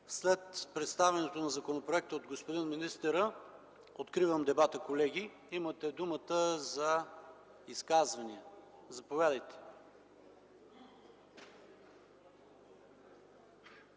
След представянето на законопроекта от господин министъра, откривам дебата, колеги. Имате думата за изказвания. Заповядайте.